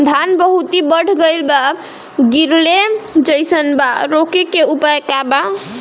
धान बहुत बढ़ गईल बा गिरले जईसन बा रोके क का उपाय बा?